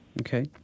okay